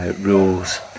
rules